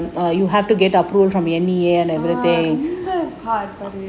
ரொம்ப:romba hard